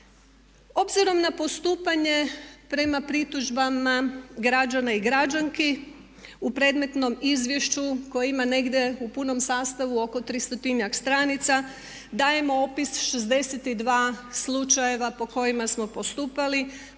Obzirom na postupanje prema pritužbama građana i građanki u predmetnom izvješću koje ima negdje u punom sastavu oko 300-tinja stranica, dajemo opis 62 slučajeva po kojima smo postupali,